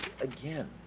again